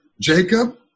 Jacob